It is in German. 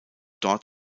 dort